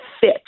fit